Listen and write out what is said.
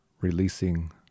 releasing